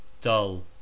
dull